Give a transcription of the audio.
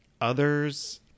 Others